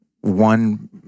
one